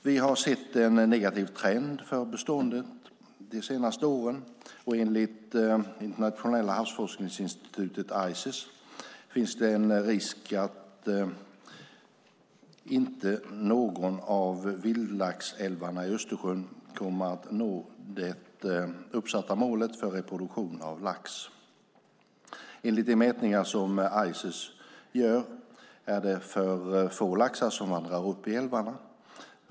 Vi har sett en negativ trend för beståndet de senaste åren, och enligt Internationella havsforskningsinstitutet, Ices, finns det en risk att inte någon av vildlaxälvarna vid Östersjön kommer att nå det uppsatta målet för reproduktion av lax. Enligt de mätningar som Ices gör är det för få laxar som vandrar upp i älvarna.